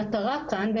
המטרה כאן היא,